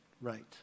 right